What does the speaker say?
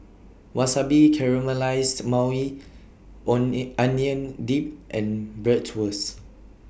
Wasabi Caramelized Maui on neat Onion Dip and Bratwurst